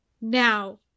Now